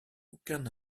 aucun